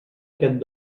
aquest